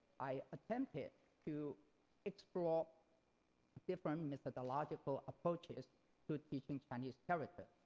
i attempted to explore different methodological approaches to teaching chinese characters.